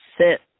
sit